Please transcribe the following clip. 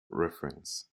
reference